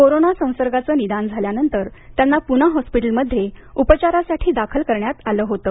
corona संसर्गाचं निदान झाल्यानंतर त्यांना पूना हॉस्पिटल मध्ये उपचारासाठी दाखल करण्यात आलं होतं